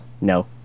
No